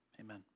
Amen